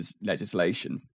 legislation